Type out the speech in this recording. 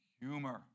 humor